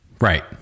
Right